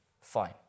Fine